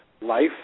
life